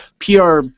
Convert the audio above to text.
PR